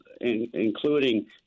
including